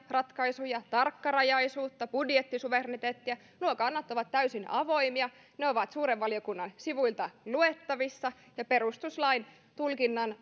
ratkaisuja tarkkarajaisuutta budjettisuvereniteettia nuo kannat ovat täysin avoimia ne ovat suuren valiokunnan sivuilta luettavissa ja perustuslain tulkinnan